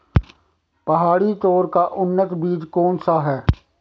पहाड़ी तोर का उन्नत बीज कौन सा है?